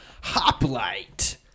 Hoplite